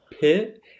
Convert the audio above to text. pit